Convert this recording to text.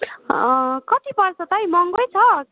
कति पर्छ त है महँगै छ